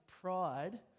pride